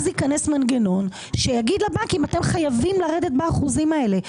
אז ייכנס מנגנון שיגיד לבנקים אתם חייבים לרדת באחוזים האלה.